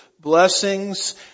Blessings